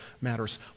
matters